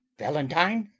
valentine.